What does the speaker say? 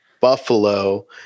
Buffalo